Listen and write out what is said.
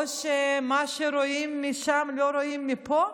או שמה שרואים משם לא רואים מפה?